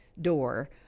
door